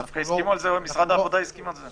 דווקא משרד העבודה הסכים על זה.